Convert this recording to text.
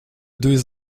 deux